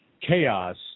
chaos